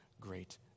great